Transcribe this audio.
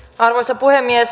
arvoisa puhemies